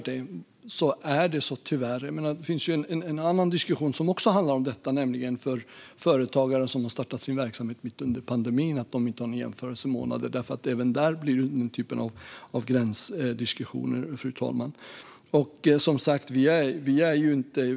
Det finns även en annan diskussion som handlar om företagare som har startat sin verksamhet under pandemin och att de inte har någon jämförelsemånad. Även där blir det diskussion om gränser.